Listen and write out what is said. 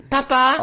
Papa